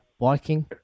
biking